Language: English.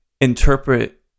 interpret